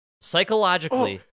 psychologically